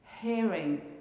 Hearing